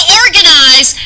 organize